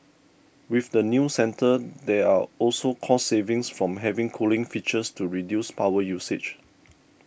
with the new centre there are also cost savings from having cooling features to reduce power usage